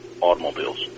automobiles